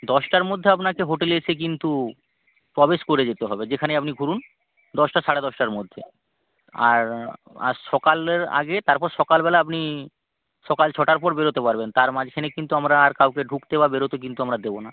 দশটার মধ্যে আপনাকে হোটেলে এসে কিন্তু প্রবেশ করে যেতে হবে যেখানেই আপনি ঘুরুন দশটা সাড়ে দশটার মধ্যে আর আর সকালের আগে তারপর সকালবেলা আপনি সকাল ছটার পর বেরোতে পারবেন তার মাঝখানে কিন্তু আমরা আর কাউকে ঢুকতে বা বেরোতে কিন্তু আমরা দেব না